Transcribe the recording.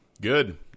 Good